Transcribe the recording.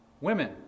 women